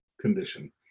condition